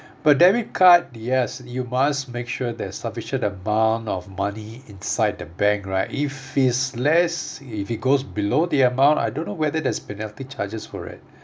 but debit card yes you must make sure there's sufficient amount of money inside the bank right if it's less if it goes below the amount I don't know whether there's penalty charges for it